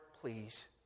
please